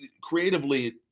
creatively